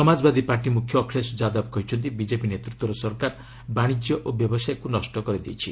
Samajwadi party ମୁଖ୍ୟ ଅଖିଳେଶ ଯାଦବ କହିଛନ୍ତି BJP ନେତୃତ୍ୱର ସରକାର ବାଣିଜ୍ୟ ଓ ବ୍ୟବସାୟକୁ ନଷ୍ଟ କରିଦେଇଛି